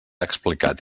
explicat